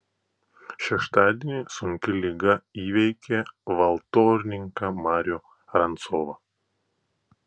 šeštadienį sunki liga įveikė valtornininką marių rancovą